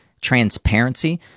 transparency